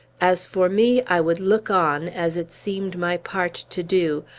as for me, i would look on, as it seemed my part to do,